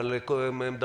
זה